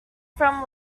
from